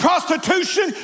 prostitution